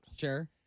Sure